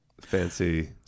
fancy